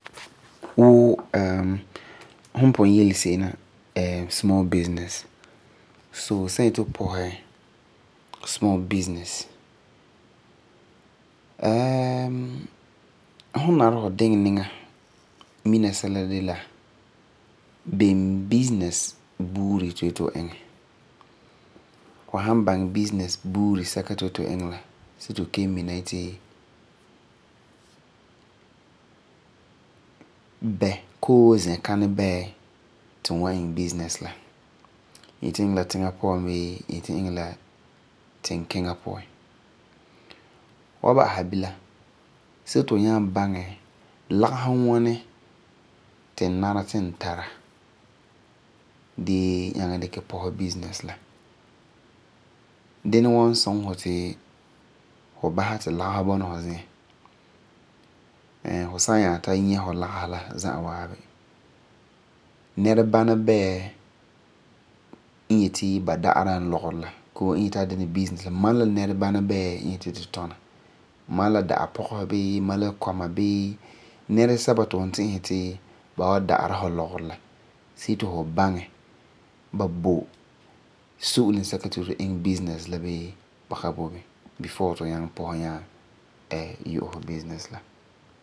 Wuu fu pugum yele se'em small business. So, fu san yeti fu pɔsɛ small business fu nari fu diŋɛ niŋa mina sɛla de la business sɛka ti du yeti fu iŋɛ. See ti fu kelum mina yeti bɛ? koo zi'an kana bɛɛ? ti n yeti n iŋɛ business la. Fu yeti fu iŋɛ la tiŋa puan bii fu yeti fu iŋɛ e ka la tinkpiŋa puan. Fu wan ba'asɛ bilam, see ti fu nyaa baŋɛ lagefɔ ŋwani ti n nari ti n tara dee nyaŋɛ dikɛ pɔsɛ business la. Nɛresɛba ti fu ti'isa ti ba was daara fu lɔgerɔ la, see ti fu baŋɛ ba bo so'olum sɛka ti fu yeti fu iŋɛ business bii ka boi bini before ti fu nyaŋɛ pɔsɛ nyaa yu'ɛ fu business la.